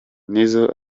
nizzo